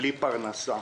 בלי פרנסה.